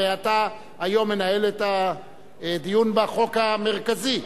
הרי אתה היום מנהל את הדיון בחוק המרכזי,